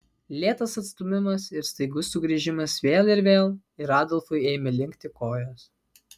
lėtas atstūmimas ir staigus sugrįžimas vėl ir vėl ir adolfui ėmė linkti kojos